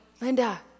Linda